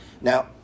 Now